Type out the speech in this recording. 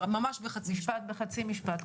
ממש בחצי משפט.